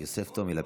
יוסף טומי לפיד,